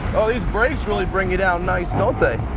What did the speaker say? oh, these brakes really bring you down nice, don't they?